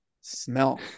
smell